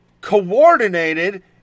coordinated